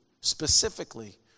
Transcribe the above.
specifically